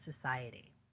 society